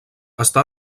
està